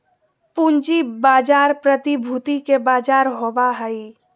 पूँजी बाजार प्रतिभूति के बजार होबा हइ